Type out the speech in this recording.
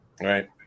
right